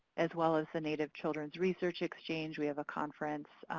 as well as the native children's research exchange. we have a conference